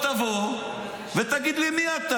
תבוא ותגיד לי מי אתה.